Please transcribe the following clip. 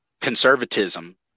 conservatism